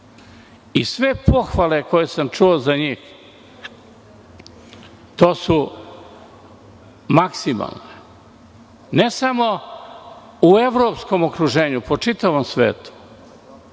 Sve pohvale koje sam čuo za njih, to su maksimalne, ne samo u evropskom okruženju, po čitavom svetu.